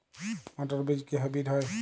মটর বীজ কি হাইব্রিড হয়?